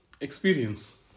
experience